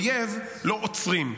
אויב לא עוצרים,